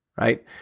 right